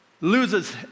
loses